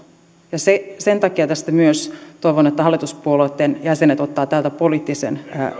sen takia myös toivon että hallituspuolueitten jäsenet ottavat tästä poliittisen